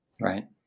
right